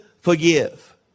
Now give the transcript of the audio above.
forgive